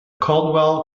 caldwell